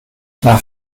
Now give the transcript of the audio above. nach